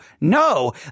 no